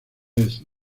est